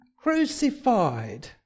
crucified